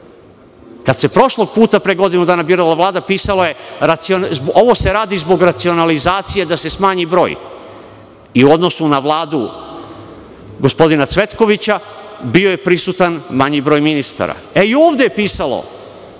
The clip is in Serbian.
se prošlog puta, pre godinu dana birala vlada, pisalo je: „ovo se radi zbog racionalizacije, da se smanji broj“ i u odnosu na Vladu gospodina Cvetkovića bio je prisutan manji broj ministara. I ovde je pisalo,